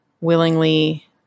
willingly